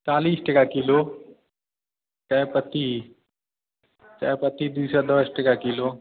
चालिस टका किलो चायपत्ती चायपत्ती दू सए दश टका किलो